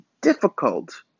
difficult